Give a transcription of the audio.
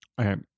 Okay